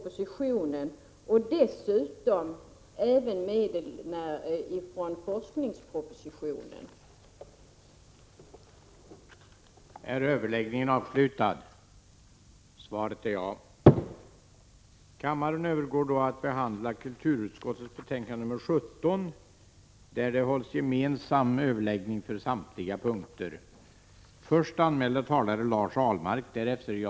Även i fråga om detta betänkande skulle debatten vara gemensam för samtliga punkter.